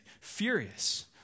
furious